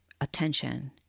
attention